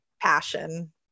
passion